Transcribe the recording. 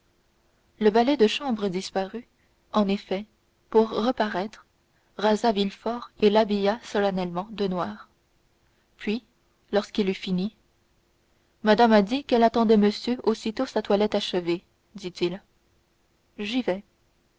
le valet de chambre disparut en effet pour reparaître rasa villefort et l'habilla solennellement de noir puis lorsqu'il eut fini madame a dit qu'elle attendait monsieur aussitôt sa toilette achevée dit-il j'y vais